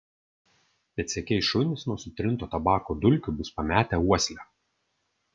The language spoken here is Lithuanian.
pėdsekiai šunys nuo sutrinto tabako dulkių bus pametę uoslę